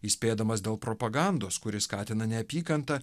įspėdamas dėl propagandos kuri skatina neapykantą